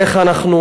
איך אנחנו,